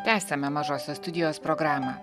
tęsiame mažosios studijos programą